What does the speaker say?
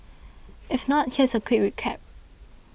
if not here's a quick recap